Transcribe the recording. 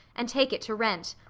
and take it to rent.